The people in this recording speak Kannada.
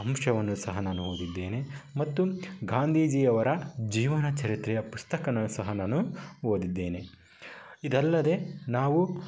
ಅಂಶವನ್ನು ಸಹ ನಾನು ಓದಿದ್ದೇನೆ ಮತ್ತು ಗಾಂಧೀಜಿಯವರ ಜೀವನ ಚರಿತ್ರೆಯ ಪುಸ್ತಕನು ಸಹ ನಾನು ಓದಿದ್ದೇನೆ ಇದಲ್ಲದೆ ನಾವು